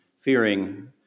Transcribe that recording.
fearing